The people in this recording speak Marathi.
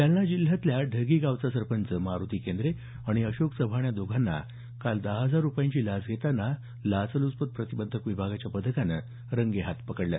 जालना जिल्ह्यातल्या ढगी गावचा सरपंच मारोती केंद्रे आणि अशोक चव्हाण या दोघांना काल दहा हजार रूपयांची लाच घेतांना लाचलुचपत प्रतिबंधक विभागाच्या पथकानं रंगेहात पकडलं